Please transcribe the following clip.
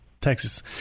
Texas